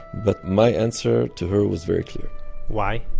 but my answer to her was very clear why?